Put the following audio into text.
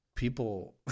People